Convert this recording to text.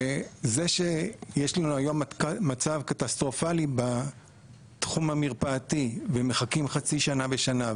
וזה שיש לנו היום מצב קטסטרופלי בתחום המרפאתי ומחכים חצי שנה ושנה,